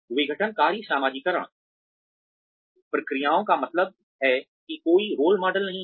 विघटनकारी समाजीकरण प्रक्रियाओं का मतलब है कि कोई रोल मॉडल नहीं हैं